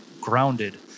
grounded